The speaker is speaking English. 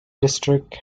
district